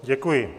Děkuji.